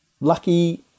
lucky